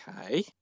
okay